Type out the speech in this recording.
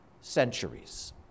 centuries